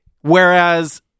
Whereas